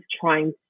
trying